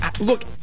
Look